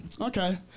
Okay